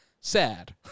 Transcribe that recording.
sad